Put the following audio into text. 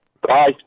Bye